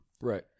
right